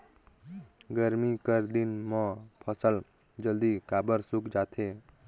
गरमी कर दिन म फसल जल्दी काबर सूख जाथे?